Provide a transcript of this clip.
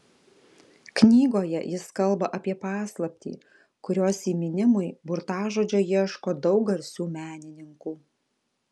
knygoje jis kalba apie paslaptį kurios įminimui burtažodžio ieško daug garsių menininkų